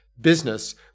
business